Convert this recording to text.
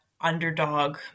underdog